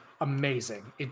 amazing